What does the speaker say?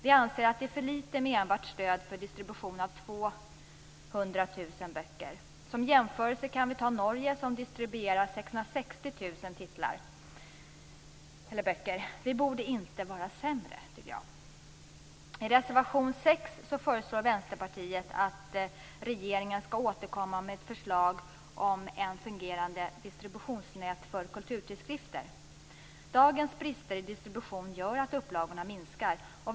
Vi anser att det är för litet med enbart stöd för distribution av 200 000 böcker. Som jämförelse kan vi ta Norge, där man distribuerar 660 000 böcker. Vi borde inte vara sämre. I reservation 6 föreslår Vänsterpartiet att regeringen skall återkomma med ett förslag om ett fungerande distributionsnät för kulturtidskrifter. Dagens brister i distributionen gör att upplagorna minskar.